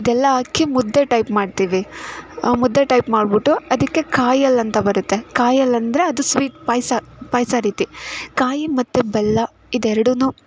ಇದೆಲ್ಲ ಅಕ್ಕಿ ಮುದ್ದೆ ಟೈಪ್ ಮಾಡ್ತೀವಿ ಮುದ್ದೆ ಟೈಪ್ ಮಾಡಿಬಿಟ್ಟು ಅದಕ್ಕೆ ಕಾಯಿಹಾಲು ಅಂತ ಬರುತ್ತೆ ಕಾಯಿಹಾಲು ಅಂದರೆ ಅದು ಸ್ವೀಟ್ ಪಾಯಸ ಪಾಯಸ ರೀತಿ ಕಾಯಿ ಮತ್ತು ಬೆಲ್ಲ ಇದು ಎರಡೂನೂ